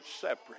separate